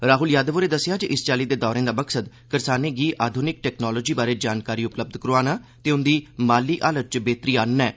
राहल यादव होरें दस्सेआ जे इस चाली दे दौरे दा मकसद करसानें गी आधुनिक टक्नालोजी बारै जानकारी उपलब्ध करोआना ते उन्दी माली हालत इच बेहतरी आनना ऐ